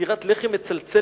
סטירת לחי מצלצלת,